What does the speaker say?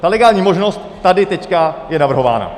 Ta legální možnost tady teď je navrhována.